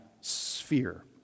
sphere